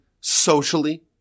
socially